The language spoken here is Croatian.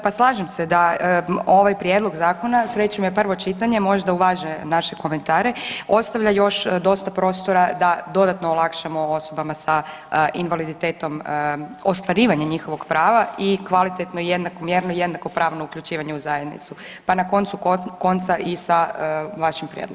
Pa slažem se da ovaj prijedlog zakona, srećom je prvo čitanje možda uvaže naše komentare ostavlja još dosta prostora da dodatno olakšamo osobama sa invaliditetom ostvarivanje njihovog prava i kvalitetno i jednakomjerno i jednakopravno uključivanje u zajednicu pa na koncu konca i sa vašim prijedlogom.